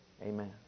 Amen